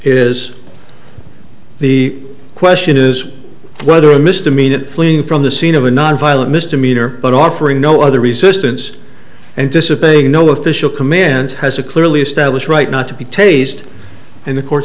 is the question is whether a misdemeanor fleeing from the scene of a nonviolent misdemeanor but offering no other resistance and disobey no official commands has a clearly established right not to be taste and the court